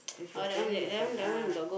and she was telling me as well ah